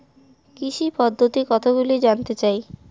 কৃষি পদ্ধতি কতগুলি জানতে চাই?